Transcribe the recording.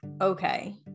okay